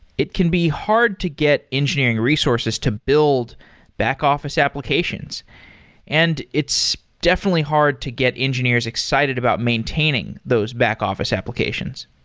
it can be hard to get engineering resources to build back-office applications and it's definitely hard to get engineers excited about maintaining those back-office sed